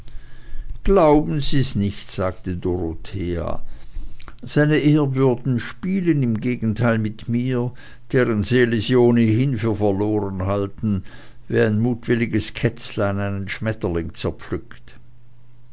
glauben sie's nicht sagte dorothea se ehrwürden spielen im gegenteil mit mir deren seele sie ohnehin für verloren halten wie ein mutwilliges kätzlein einen schmetterling zerpflückt